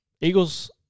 Eagles